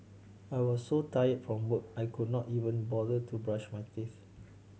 I was so tired from work I could not even bother to brush my teeth